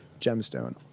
gemstone